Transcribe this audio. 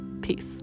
peace